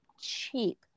cheap